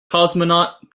cosmonaut